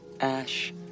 Ash